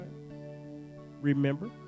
remember